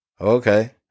Okay